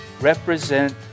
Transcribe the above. represent